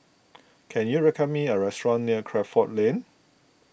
can you recommend me a restaurant near Crawford Lane